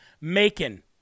Macon